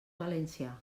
valencià